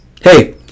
Hey